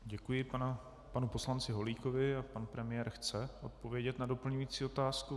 Děkuji panu poslanci Holíkovi a pan premiér chce odpovědět na doplňující otázku.